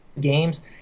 games